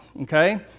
okay